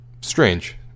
strange